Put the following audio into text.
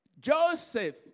Joseph